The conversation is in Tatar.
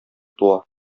туа